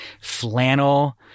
flannel-